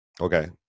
Okay